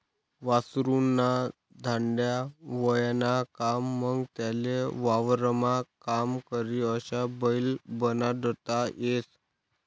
वासरु ना धांड्या व्हयना का मंग त्याले वावरमा काम करी अशा बैल बनाडता येस